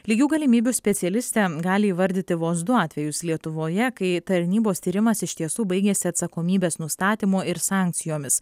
lygių galimybių specialistė gali įvardyti vos du atvejus lietuvoje kai tarnybos tyrimas iš tiesų baigėsi atsakomybės nustatymu ir sankcijomis